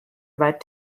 about